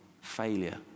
failure